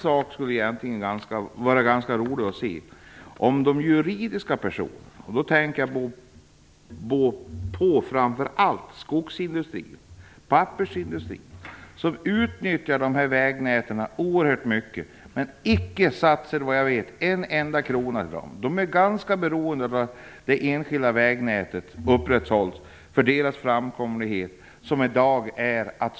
Det skulle egentligen vara ganska roligt att se hur det är med de juridiska personerna, och då tänker jag framför allt på skogsindustrin och pappersindustrin, som utnyttjar detta vägnät oerhört mycket och som i dag såvitt jag vet inte satsar en enda krona. De är ganska beroende av att det enskilda vägnätet upprätthålls för deras framkomlighet.